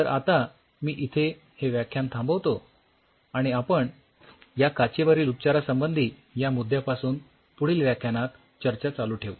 तर आता मी इथे हे व्याख्यान थांबवतो आणि आपण या काचेवरील उपचारासंबंधी या मुद्द्यापासून पुढील व्याख्यानात चर्चा चालू ठेऊ